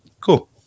cool